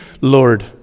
Lord